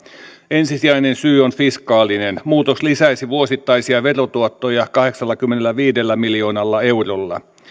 ensisijainen syy on fiskaalinen muutos lisäisi vuosittaisia verotuottoja kahdeksallakymmenelläviidellä miljoonalla eurolla